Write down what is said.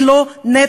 היא לא נטל.